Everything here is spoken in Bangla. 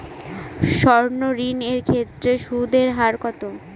সর্ণ ঋণ এর ক্ষেত্রে সুদ এর হার কত?